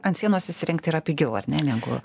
ant sienos įsirengti yra pigiau ar ne negu